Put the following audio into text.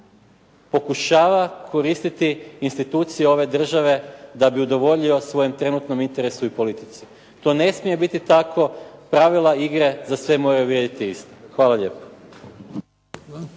pokušava koristiti institucije ove države da bi udovoljio svojem trenutnom interesu i politici. To ne smije biti tako, pravila igre za sve moraju vrijediti ista. Hvala lijepo.